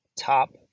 top